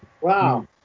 Wow